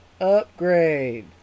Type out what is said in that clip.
Upgrade